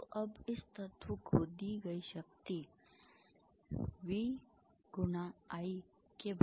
तो अब इस तत्व को दी गई शक्ति V×I